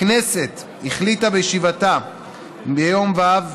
הכנסת החליטה, בישיבתה ביום ו'